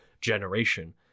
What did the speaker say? generation